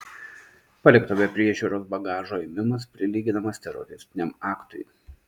palikto be priežiūros bagažo ėmimas prilyginamas teroristiniam aktui